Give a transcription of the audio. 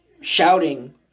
shouting